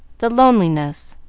the loneliness,